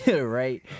right